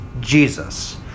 Jesus